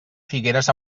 figueres